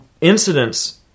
incidents